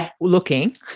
looking